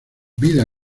vida